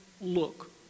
look